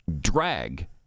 drag